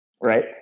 right